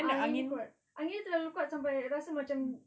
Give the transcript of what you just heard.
angin dia kuat angin dia terlalu kuat sampai rasa macam